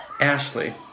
Ashley